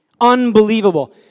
Unbelievable